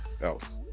else